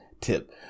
tip